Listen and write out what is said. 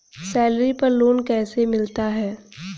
Salary पर loan कैसे मिलता है?